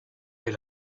est